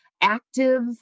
active